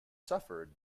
suffered